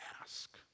ask